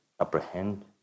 apprehend